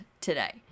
today